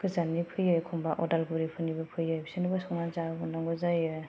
गोजाननि फैयो एखम्बा उदालगुरिफोरनिबो फैयो बिसोरनोबो संनानै जाहोहरनांगौ जायो